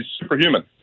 superhuman